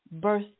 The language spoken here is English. birth